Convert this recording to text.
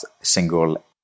single